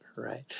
Right